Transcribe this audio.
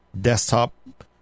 desktop